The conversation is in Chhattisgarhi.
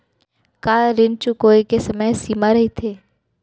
का ऋण चुकोय के समय सीमा रहिथे?